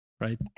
right